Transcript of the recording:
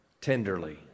tenderly